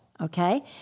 okay